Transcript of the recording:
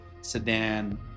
sedan